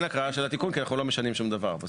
אין הקראה של התיקון כי אנחנו לא משנים שום דבר.